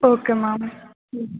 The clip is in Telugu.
okay ma'am